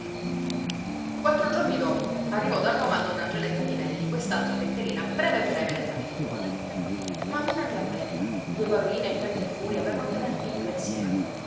quattro giorni dopo arrivò da roma a donna angeletta dinelli quest'altra letterina breve breve della figliuola mammina mia bella due paroline in fretta e furia per non tenerti in pensiero